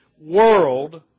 world